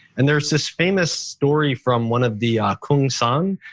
and there's this famous story from one of the kyungsung,